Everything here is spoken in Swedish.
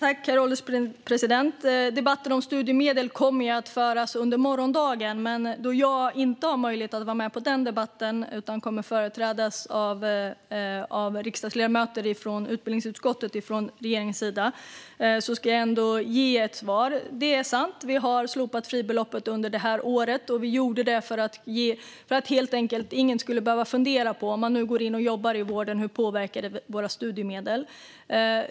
Herr ålderspresident! Debatten om studiemedel kommer att föras under morgondagen, men då jag inte har möjlighet att vara med på den debatten utan kommer att företrädas av riksdagsledamöter från utbildningsutskottet ska jag ändå ge ett svar nu. Det är sant att vi har slopat fribeloppet under det här året, och vi gjorde det helt enkelt för att ingen skulle behöva fundera över hur det påverkar studiemedlen om man går in och jobbar i vården.